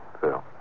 Phil